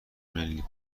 ملی